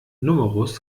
numerus